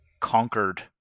conquered